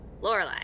Lorelai